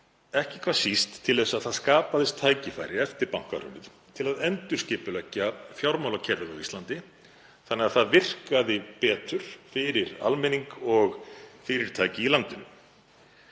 ekki hvað síst til þess að það skapaðist tækifæri eftir bankahrunið til að endurskipuleggja fjármálakerfið á Íslandi þannig að það virkaði betur fyrir almenning og fyrirtæki í landinu.